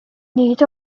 need